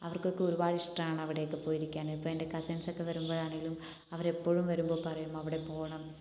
അവർക്കൊക്കെ ഒരുപാട് ഇഷ്ടമാണ് അവിടെയൊക്കെ പോയിരിക്കാൻ ഇപ്പോൾ എൻ്റെ കസിൻസൊക്കെ വരുമ്പോഴാണേലും അവർ എപ്പോഴും വരുമ്പോൾ പറയും അവിടെ പോകണം